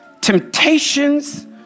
temptations